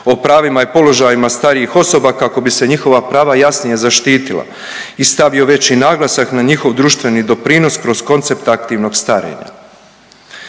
o pravima i položajima starijih osoba kako bi se njihova prava jasnije zaštitila i stavio veći naglasak na njihov društveni doprinos kroz koncept aktivnog starenja.